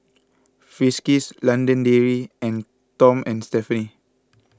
Friskies London Dairy and Tom and Stephanie